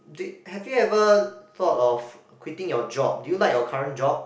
do have you ever thought of quitting your job do you like your current job